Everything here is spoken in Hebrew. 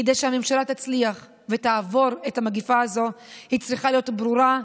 כדי שהממשלה תצליח ותעבור את המגפה הזו היא צריכה להיות ברורה,